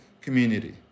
community